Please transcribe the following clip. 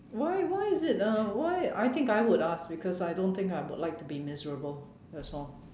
why why is it uh why I think I would ask because I don't think I would like to be miserable that's all